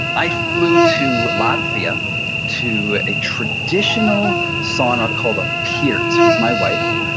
i flew to latvia to a traditional sauna called a pirts, with my wife,